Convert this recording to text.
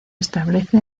establece